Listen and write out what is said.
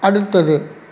அடுத்தது